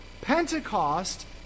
Pentecost